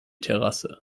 terrasse